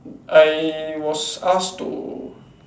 I was asked to